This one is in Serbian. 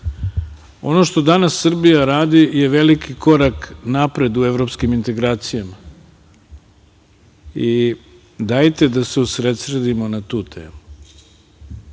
što danas Srbija radi je veliki korak napred u evropskim integracijama i dajte da se usredsredimo na tu